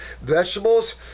Vegetables